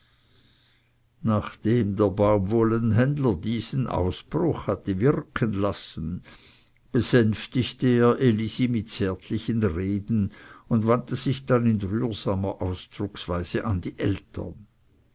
nachdem der baumwollenhändler diesen ausbruch hatte wirken lassen besänftigte er elisi mit zärtlichen reden und wandte sich dann in rührsamer ausdrucksweise an die eltern